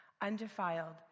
undefiled